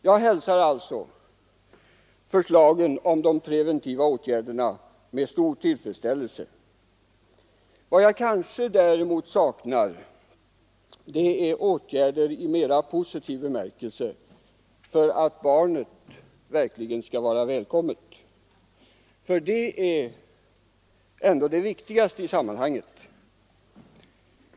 Jag hälsar alltså förslagen om preventiva åtgärder med stor tillfredsställelse. Vad jag däremot saknar är förslag om åtgärder i mera positiv bemärkelse för att barnet verkligen skall vara välkommet, för det är ändå det viktigaste i sammanhanget.